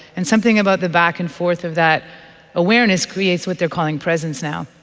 and something about the back and forth of that awareness creates what they are calling presence now.